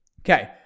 Okay